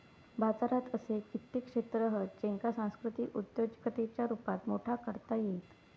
बाजारात असे कित्येक क्षेत्र हत ज्येंका सांस्कृतिक उद्योजिकतेच्या रुपात मोठा करता येईत